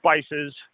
spices